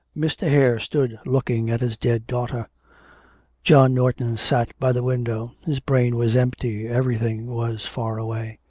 mr. hare stood looking at his dead daughter john norton sat by the window. his brain was empty, everything was far away.